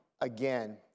Again